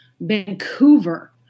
vancouver